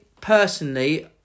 personally